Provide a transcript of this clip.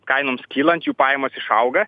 kainoms kylant jų pajamos išauga